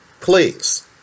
Please